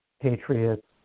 Patriots